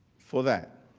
for that.